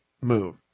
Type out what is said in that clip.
move